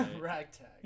ragtag